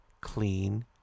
clean